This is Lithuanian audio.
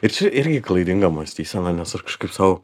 ir čia irgi klaidinga mąstysena nes aš kažkaip sau